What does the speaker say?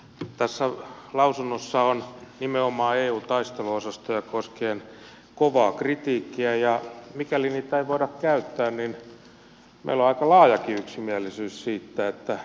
tässä lausunnossa on nimenomaan eun taisteluosastoja koskien kovaa kritiikkiä ja mikäli niitä ei voida käyttää niin meillä on aika laajakin yksimielisyys siitä että ne joutavat silloin roskakoriin